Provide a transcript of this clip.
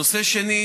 הנושא הזה,